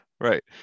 Right